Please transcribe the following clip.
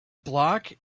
block